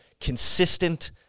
consistent